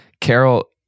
Carol